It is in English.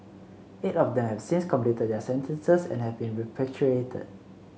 eight of them have since completed their sentences and have been repatriated